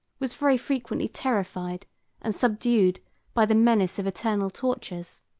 was very frequently terrified and subdued by the menace of eternal tortures.